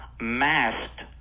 masked